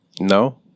No